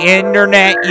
internet